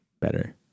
better